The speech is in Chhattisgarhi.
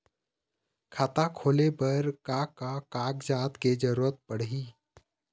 खाता खोले बर का का कागजात के जरूरत पड़ही?